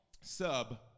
sub